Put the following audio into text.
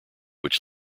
which